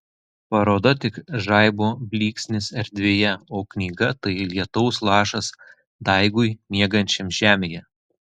paroda tik žaibo blyksnis erdvėje o knyga tai lietaus lašas daigui miegančiam žemėje